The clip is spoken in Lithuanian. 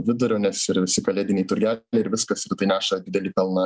vidurio nes ir visi kalėdiniai turgeliai ir viskas ir tai neša didelį pelną